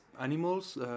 animals